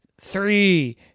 Three